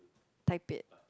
type it